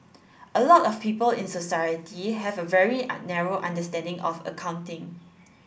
a lot of people in society have a very a narrow understanding of accounting